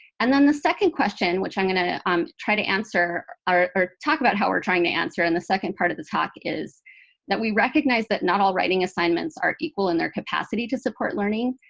and then the second question, which i'm going to um try to answer, or talk about how we're trying to answer in the second part of the talk, is that we recognize that not all writing assignments are equal in their capacity to support learning.